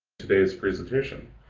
today's presentation.